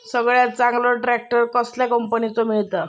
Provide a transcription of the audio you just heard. सगळ्यात चांगलो ट्रॅक्टर कसल्या कंपनीचो मिळता?